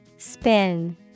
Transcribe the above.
spin